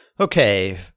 Okay